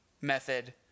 method